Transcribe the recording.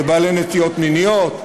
זה בעלי נטיות מיניות.